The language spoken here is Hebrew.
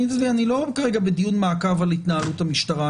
אני לא בדיון מעקב על התנהלות המשטרה,